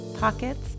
pockets